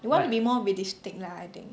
you want to be more realistic lah I think